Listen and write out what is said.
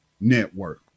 network